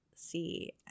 See